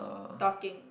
talking